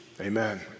Amen